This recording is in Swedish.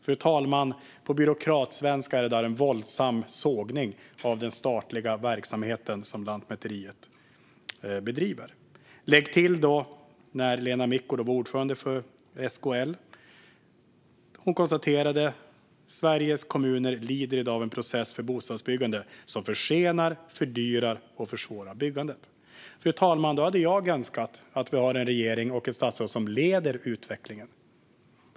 Fru talman! På byråkratsvenska är det där en våldsam sågning av den statliga verksamheten som Lantmäteriet bedriver. Lägg till vad Lena Micko sa när hon var ordförande för SKL. Hon konstaterade att Sveriges kommuner i dag lider av en process för bostadsbyggande som försenar, fördyrar och försvårar byggandet. Fru talman! Jag önskar att vi har en regering och ett statsråd som leder utvecklingen.